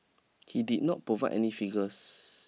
he did not provide any figures